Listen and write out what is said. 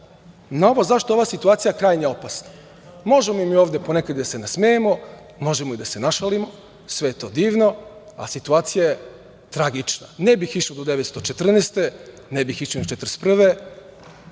ovo zašto ova situacija krajnje opasna. Možemo mi ovde ponekad i da se nasmejemo, možemo i da se našalimo, sve je to divno, a situacija je tragična. Ne bih išao do 1914. godine, ne bih išao ni do 1941.